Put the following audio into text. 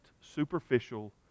superficial